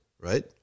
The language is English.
right